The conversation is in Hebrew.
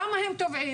למה הם טובעים?